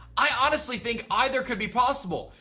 i honestly think either could be possible.